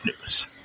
news